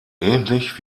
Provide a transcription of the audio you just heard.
ähnlich